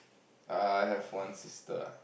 uh I have one sister